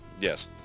yes